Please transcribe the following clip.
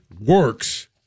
works